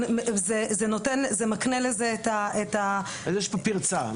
למעשה יש כאן פרצה.